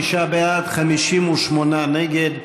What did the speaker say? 55 בעד, 58 נגד.